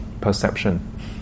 perception